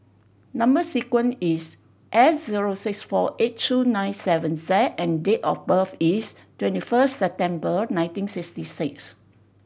number sequence is S zero six four eight two nine seven Z and date of birth is twenty first September nineteen sixty six